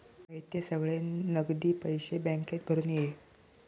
हयते सगळे नगदी पैशे बॅन्केत भरून ये